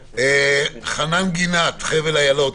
חנן גינת, חבל אילות.